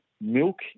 milk